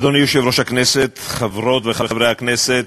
אדוני יושב-ראש הכנסת, חברות וחברי הכנסת,